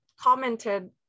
commented